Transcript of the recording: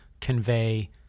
convey